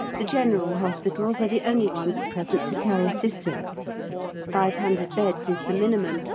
the general hospitals are the only ones at present to carry sisters five hundred beds is the minimum,